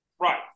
Right